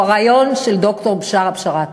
הוא רעיון של ד"ר בשארה בשאראת